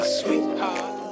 sweetheart